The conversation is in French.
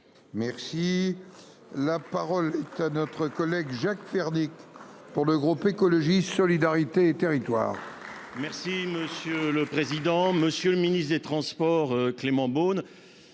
Merci la parole est à notre collègue Jacques verdict pour le groupe écologiste solidarité et territoires. Merci monsieur le président, monsieur le ministre des Transports Clément Beaune.